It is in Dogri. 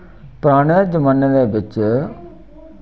पराने जमाने दे बिच